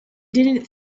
didn’t